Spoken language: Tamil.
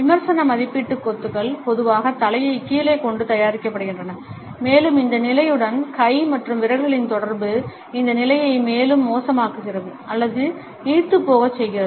விமர்சன மதிப்பீட்டுக் கொத்துகள் பொதுவாக தலையைக் கீழே கொண்டு தயாரிக்கப்படுகின்றன மேலும் இந்த நிலையுடன் கை மற்றும் விரல்களின் தொடர்பு இந்த நிலைகளை மேலும் மோசமாக்குகிறது அல்லது நீர்த்துப்போகச் செய்கிறது